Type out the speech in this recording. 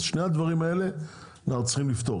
אז את שני הדברים האלה אנחנו צריכים לפתור,